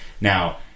Now